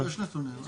יש נתונים.